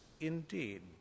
indeed